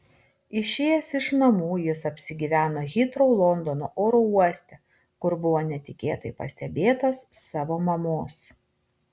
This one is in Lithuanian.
išėjęs iš namų jis apsigyveno hitrou londono oro uoste kur buvo netikėtai pastebėtas savo mamos